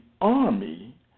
army